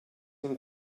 and